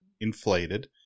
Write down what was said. inflated